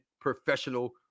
professional